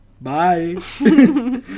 Bye